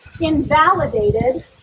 invalidated